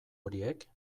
horiek